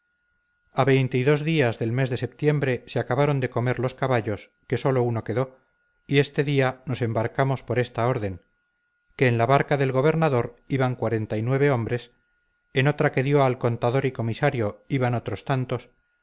y dos días del mes de septiembre se acabaron de comer los caballos que sólo uno quedó y este día nos embarcamos por esta orden que en la barca del gobernador iban cuarenta y nueve hombres en otra que dio al contador y comisario iban otros tantos